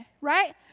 right